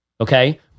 okay